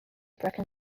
brecon